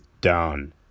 done